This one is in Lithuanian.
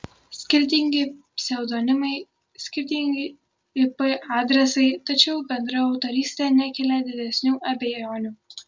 skirtingi pseudonimai skirtingi ip adresai tačiau bendra autorystė nekelia didesnių abejonių